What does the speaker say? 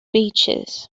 beaches